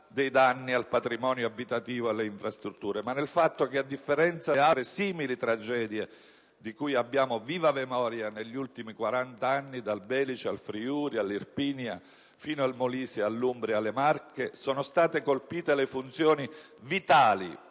dei danni al patrimonio abitativo e alle infrastrutture, ma nel fatto che, a differenza delle altre simili tragedie, di cui abbiamo viva memoria negli ultimi 40 anni (dal Belice al Friuli, all'Irpinia, fino al Molise, all'Umbria e alle Marche), sono state colpite le funzioni vitali,